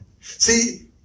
See